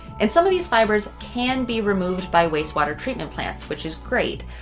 and some of these fibers can be removed by wastewater treatment plants which is great.